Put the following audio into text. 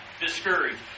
discouraged